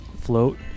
float